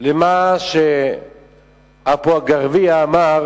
למה שעפו אגבאריה אמר